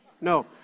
No